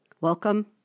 Welcome